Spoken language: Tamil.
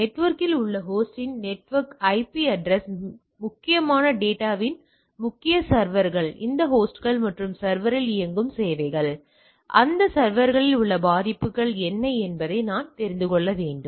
நெட்வொர்க்கில் உள்ள ஹோஸ்டின் நெட்வொர்க் ஐபி அட்ரஸ் முக்கியமான டேட்டாவின் முக்கிய சர்வர்கள் அந்த ஹோஸ்ட்கள் மற்றும் சர்வரில் இயங்கும் சேவைகள் அந்த சர்வர்களில் உள்ள பாதிப்புகள் என்ன என்பதை நான் தெரிந்து கொள்ள வேண்டும்